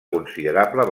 considerable